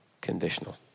conditional